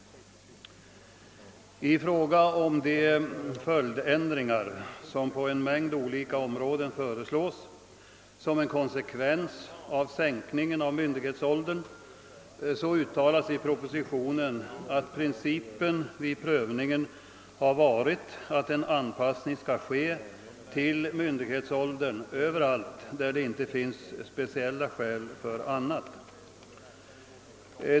I fråga om de följdändringar som på en mängd olika områden föreslås som en konsekvens av sänkningen av myndighetsåldern uttalas i propositionen att principen vid prövningen har varit, att en anpassning skall ske till myndighetsåldern överallt där det inte finns speciella skäl för annat.